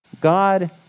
God